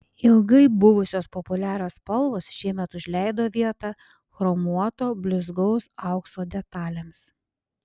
ilgai buvusios populiarios spalvos šiemet užleido vietą chromuoto blizgaus aukso detalėms